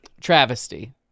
Travesty